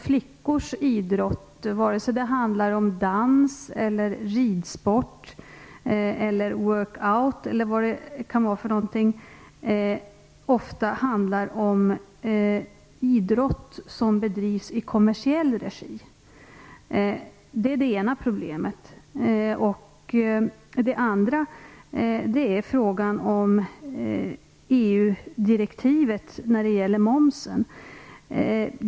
Flickors idrott, vare sig det handlar om dans, ridsport, work out eller vad det kan vara, är däremot ofta idrott som bedrivs i kommersiell regi. Det är det ena problemet. Det andra problemet är frågan om EU-direktivet när det gäller momsen.